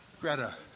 Greta